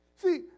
See